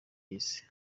y’isi